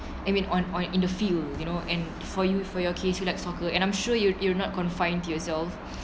and when on on in the field you know and for you for your case you like soccer and I'm sure you you're not confined to yourself